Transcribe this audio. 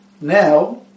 Now